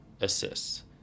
assists